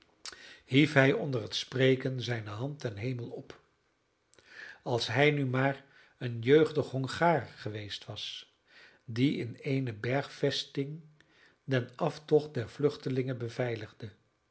hief hij onder het spreken zijne hand ten hemel op als hij nu maar een jeugdig hongaar geweest was die in eene bergvesting den aftocht der vluchtelingen beveiligde